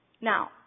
Now